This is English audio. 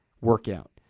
workout